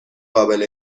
قابل